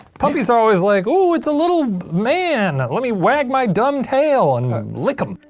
puppies are always like, ooh, it's a little man, let me wag my dumb tail and lick him.